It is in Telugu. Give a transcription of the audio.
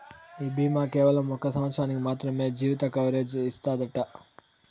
ఈ బీమా కేవలం ఒక సంవత్సరానికి మాత్రమే జీవిత కవరేజ్ ఇస్తాదట